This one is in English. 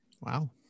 wow